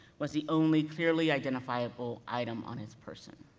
was the only clearly identifiable item on his person.